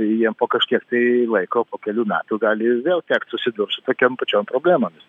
jiem po kažkiek tai laiko po kelių metų gali vėl tekt susidurt su tokiom pačiom problemomis